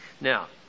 Now